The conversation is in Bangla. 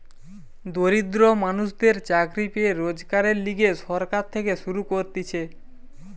দরিদ্র মানুষদের চাকরি পেয়ে রোজগারের লিগে সরকার থেকে শুরু করতিছে